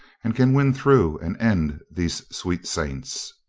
and can win through and end these sweet saints.